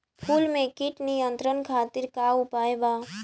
फूल में कीट नियंत्रण खातिर का उपाय बा?